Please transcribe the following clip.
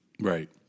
Right